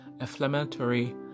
inflammatory